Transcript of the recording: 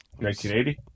1980